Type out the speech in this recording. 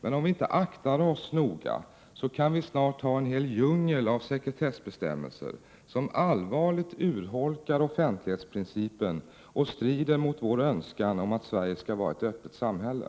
Men om vi inte aktar oss noga, så kan vi snart ha en hel djungel av sekretessbestämmelser som allvarligt urholkar offentlighetsprincipen och strider mot vår önskan att Sverige skall vara ett öppet samhälle.